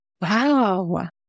Wow